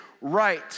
right